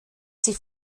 sie